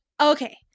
Okay